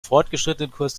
fortgeschrittenenkurs